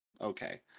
okay